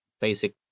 basic